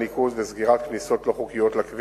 מצב שגרם לתאונות קטלניות ולסכנה ממשית לחיי אדם.